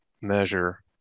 measure